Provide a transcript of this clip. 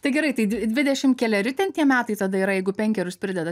tai gerai tai di dvidešim keleri ten tie metai tada yra jeigu penkerius pridedat